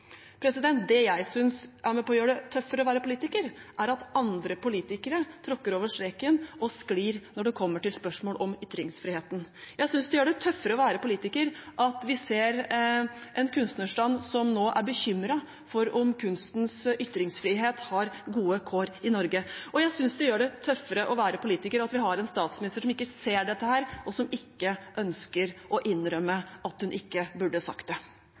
Det jeg synes er med på å gjøre det tøffere å være politiker, er at andre politikere tråkker over streken og sklir når det kommer til spørsmål om ytringsfriheten. Jeg synes det gjør det tøffere å være politiker at vi ser en kunstnerstand som nå er bekymret for om kunstens ytringsfrihet har gode kår i Norge, og jeg synes det gjør det tøffere å være politiker at vi har en statsminister som ikke ser dette, og som ikke ønsker å innrømme at hun ikke burde sagt det.